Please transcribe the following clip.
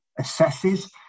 assesses